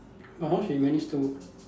but how she manage to